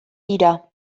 dira